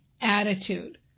attitude